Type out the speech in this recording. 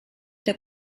der